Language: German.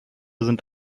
sind